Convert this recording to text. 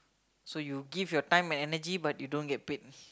so you give your time and energy but you don't get paid